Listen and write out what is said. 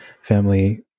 family